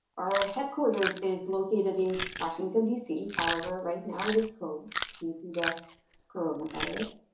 our headquarters is located in washington dc however, right now it is closed due to the coronavirus.